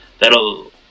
that'll